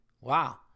Wow